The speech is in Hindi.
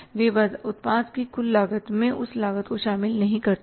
वे उत्पाद की कुल लागत में उस लागत को शामिल नहीं करते हैं